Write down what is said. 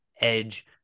edge